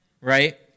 right